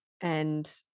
and-